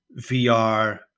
vr